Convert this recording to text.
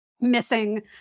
missing